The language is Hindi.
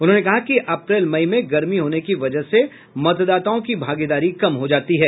उन्होंने कहा कि अप्रैल मई में गर्मी होने की वजह से मतदाताओं की भागीदारी कम हो जाती है